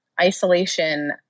isolation